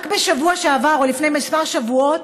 רק בשבוע שעבר או לפני כמה שבועות